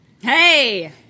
Hey